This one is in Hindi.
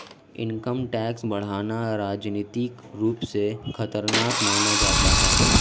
इनकम टैक्स बढ़ाना राजनीतिक रूप से खतरनाक माना जाता है